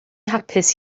hapus